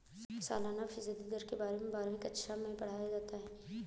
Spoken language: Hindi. सालाना फ़ीसदी दर के बारे में बारहवीं कक्षा मैं पढ़ाया जाता है